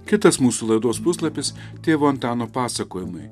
kitas mūsų laidos puslapis tėvo antano pasakojimai